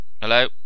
Hello